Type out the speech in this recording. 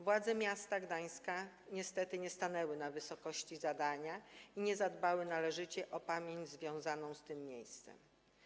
Władze miasta Gdańska niestety nie stanęły na wysokości zadania i nie zadbały należycie o pamięć związaną z tym miejscem.